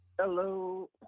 Hello